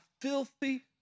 Filthy